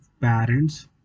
parents